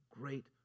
great